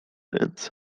ręce